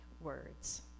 words